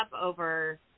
over